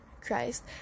christ